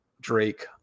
Drake